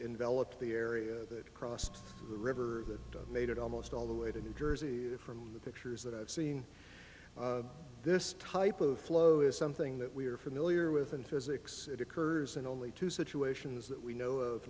envelop the area that crossed the river that made it almost all the way to new jersey from the pictures that i've seen this type of flow is something that we are familiar with in physics it occurs in only two situations that we know of